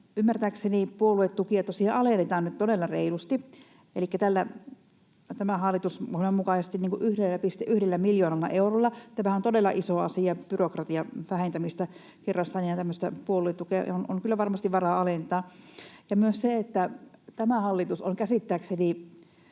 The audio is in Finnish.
ymmärtääkseni puoluetukia tosiaan alennetaan nyt todella reilusti, elikkä hallitusohjelman mukaisesti 1,1 miljoonalla eurolla. Tämä on todella iso asia, byrokratian vähentämistä kerrassaan, ja tämmöistä puoluetukea on kyllä varmasti varaa alentaa. Ja myös se, että tämä hallitus on käsittääkseni